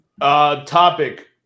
Topic